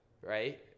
right